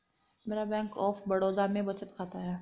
मेरा Bank of Baroda में बचत खाता है